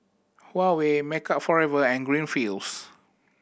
Huawei Makeup Forever and Greenfields